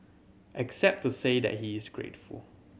except to say that he is grateful